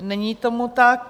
Není tomu tak.